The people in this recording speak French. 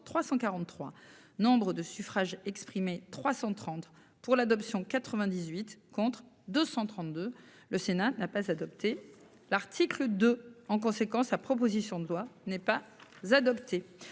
343 Nombre de suffrages exprimés, 330 pour l'adoption, 98 contre 232, le Sénat n'a pas adopté l'article 2. En conséquence, la proposition de loi n'est pas adopté.